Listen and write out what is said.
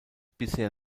bisher